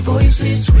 Voices